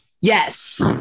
yes